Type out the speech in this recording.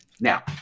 Now